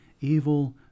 evil